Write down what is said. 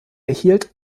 erhielt